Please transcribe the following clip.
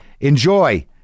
enjoy